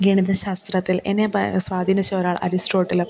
ഗണിതശാസ്ത്രത്തിൽ എന്നെ ബ സ്വാധീനിച്ച ഒരാൾ അരിസ്റ്റോട്ടിലും